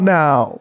now